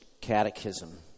catechism